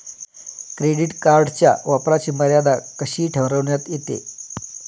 Credit कार्डच्या वापराची मर्यादा कशी ठरविण्यात येते?